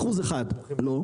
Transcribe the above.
אחוז אחד לא.